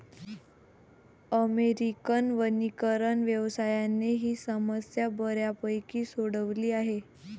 American वनीकरण व्यवसायाने ही समस्या बऱ्यापैकी सोडवली आहे